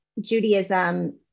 Judaism